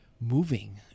moving